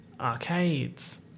arcades